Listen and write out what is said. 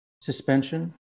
suspension